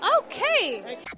Okay